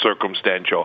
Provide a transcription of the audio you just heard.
circumstantial